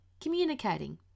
communicating